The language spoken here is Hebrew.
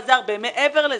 אבל זה הרבה מעבר לזה.